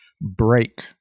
break